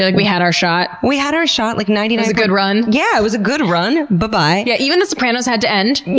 like we had our shot. we had our shot. like it was a good run yeah, it was a good run. buhbye. yeah even the sopranos had to end.